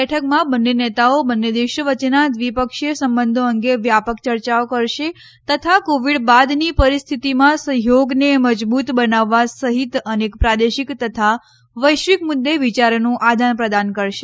બેઠકમાં બંન્ને નેતાઓ બંન્ને દેશો વચ્ચેનાં દ્વિપક્ષીય સંબંધો અંગે વ્યાપક ચર્ચાઓ કરશે તથા કોવિડ બાદની પરિસ્થિતીમાં સહયોગને મજબૂત બનાવવા સહિત અનેક પ્રાદેશિક તથા વૈશ્વિક મુદે વિચારોનું આદાન પ્રદાન કરશે